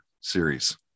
series